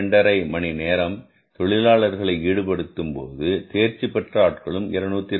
5 மணி நேரம் தொழிலாளர்களை ஈடுபடும்போது தேர்ச்சிபெற்ற ஆட்களும் 202